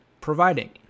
providing